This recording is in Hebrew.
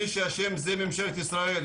מי שאשם היא ממשלת ישראל,